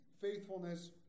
faithfulness